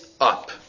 up